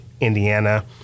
Indiana